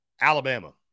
Alabama